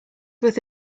worth